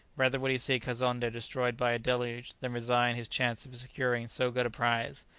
rather would he see kazonnde destroyed by a deluge, than resign his chance of securing so good a prize.